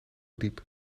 diep